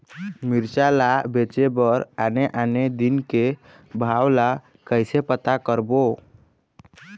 मिरचा ला बेचे बर आने आने दिन के भाव ला कइसे पता करबो?